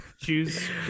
Choose